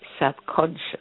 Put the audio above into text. subconscious